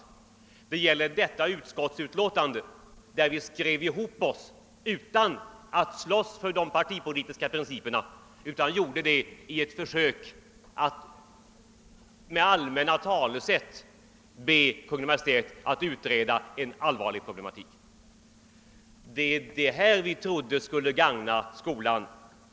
Vad det gäller är detta utskottsutlåtande där vi skrev ihop: oss utan att slåss för de partipolitiska principerna genom att med allmänna talesätt be Kungl. Maj:t utreda en allvarlig problematik. Vi trodde att detta skulle gagna skolan.